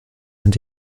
and